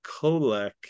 Kolek